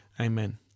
Amen